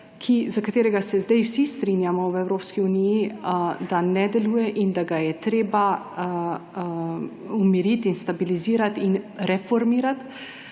za katerega se zdaj vsi strinjamo v Evropski uniji, da ne deluje in da ga je treba umiriti, stabilizirati ter reformirati,